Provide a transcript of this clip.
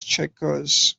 checkers